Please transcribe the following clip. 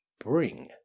Bring